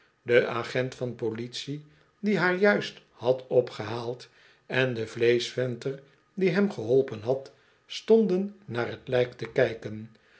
de agent van politie die haar juist had opgehaald en de vleeschventer die hem geholpen had stonden naar t lijk te kijken